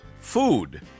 food